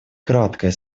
краткое